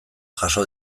jaso